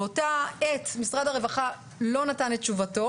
באותה העת משרד הרווחה לא נתן את תשובתו